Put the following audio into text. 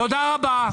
תודה רבה,